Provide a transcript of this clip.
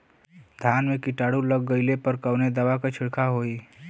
धान में कीटाणु लग गईले पर कवने दवा क छिड़काव होई?